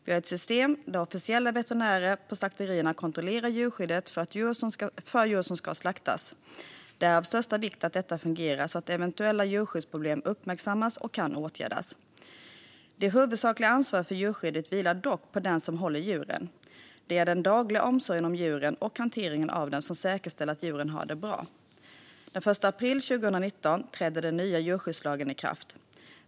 Vi har ett system där officiella veterinärer på slakterierna kontrollerar djurskyddet för djur som ska slaktas. Det är av största vikt att detta fungerar så att eventuella djurskyddsproblem uppmärksammas och kan åtgärdas. Det huvudsakliga ansvaret för djurskyddet vilar dock på den som håller djuren. Det är den dagliga omsorgen om djuren och hanteringen av dem som säkerställer att djuren har det bra. Den 1 april 2019 trädde den nya djurskyddslagen i kraft.